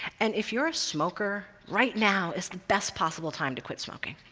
and if you're a smoker, right now is the best possible time to quit smoking.